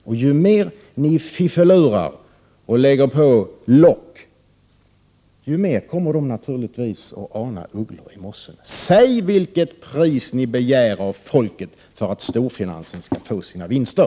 Och ju mer ni ”fiffelurar” och lägger på lock, desto mer kommer folk naturligtvis att ana ugglor i mossen. Säg det pris ni begär av folket för att storfinansen skall få sina vinster!